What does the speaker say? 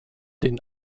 den